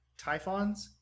Typhons